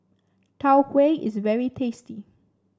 Tau Huay is very tasty